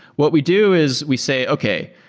what we do is we say, okay.